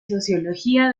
sociología